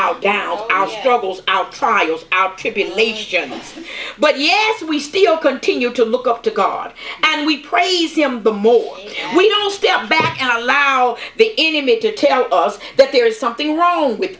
our down our troubles outside of our tribulations but yes we still continue to look up to god and we praise him the more we don't step back and allow the enemy to tell us that there is something wrong with